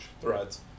threads